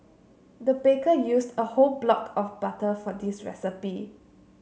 the baker used a whole block of butter for this recipe